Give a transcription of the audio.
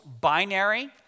binary